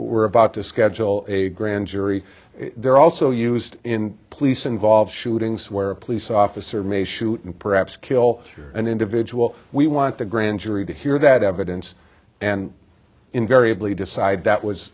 we're about to schedule a grand jury there are also used in police involved shootings where a police officer may shoot and perhaps kill an individual we want the grand jury to hear that evidence and invariably decide that was